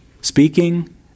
speaking